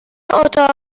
اتاق